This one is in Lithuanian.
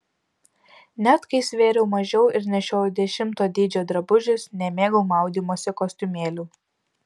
net kai svėriau mažiau ir nešiojau dešimto dydžio drabužius nemėgau maudymosi kostiumėlių